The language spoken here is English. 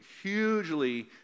hugely